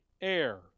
air